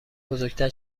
بزرگتر